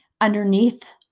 underneath